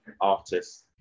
artists